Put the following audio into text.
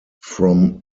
from